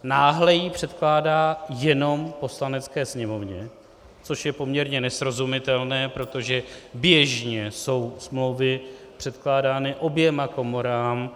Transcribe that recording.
Náhle ji předkládá jenom Poslanecké sněmovně, což je poměrně nesrozumitelné, protože běžně jsou smlouvy předkládány oběma komorám.